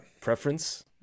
preference